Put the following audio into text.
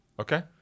Okay